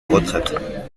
retraite